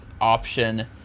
option